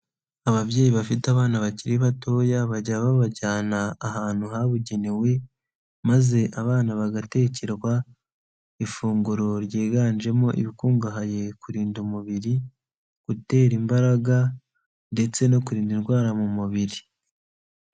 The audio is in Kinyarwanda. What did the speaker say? Ababyeyi bafite abana bakiri batoya bajya babajyana ahantu habugenewe maze abana bagatekerwa ifunguro ryiganjemo ibikungahaye kurinda umubiri, gutera imbaraga ndetse no kurinda indwara mu mubiri.